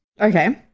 Okay